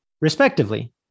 respectively